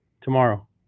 tomorrow